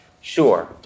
Sure